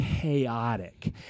chaotic